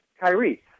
Kyrie